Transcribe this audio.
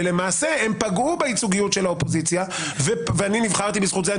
ולמעשה הם פגעו בייצוגיות של האופוזיציה ואני נבחרתי בזכות זה.